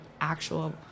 actual